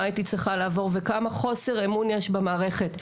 מה הייתי צריכה לעבור וכמה חוסר אמון יש במערכת,